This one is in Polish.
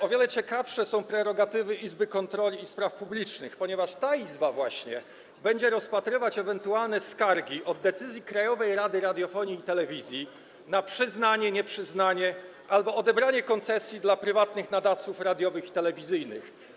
O wiele ciekawsze są prerogatywy izby kontroli i spraw publicznych, ponieważ ta izba będzie rozpatrywać ewentualne skargi od decyzji Krajowej Rady Radiofonii i Telewizji na przyznanie, nieprzyznanie albo odebranie koncesji dla prywatnych nadawców radiowych i telewizyjnych.